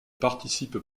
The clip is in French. participe